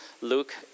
Luke